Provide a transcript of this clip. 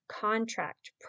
contract